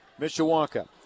Mishawaka